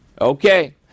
Okay